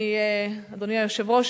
אדוני היושב-ראש,